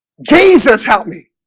jesus help me.